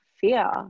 fear